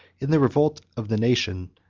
in the revolt of the nations,